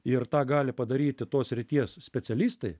ir tą gali padaryti tos srities specialistai